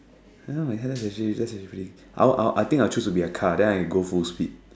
I would I I think I will choose to be a car then I can go full speed